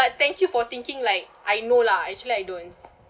thank you for thinking like I know lah actually I don't